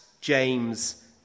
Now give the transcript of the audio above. James